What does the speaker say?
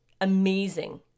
amazing